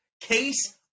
Case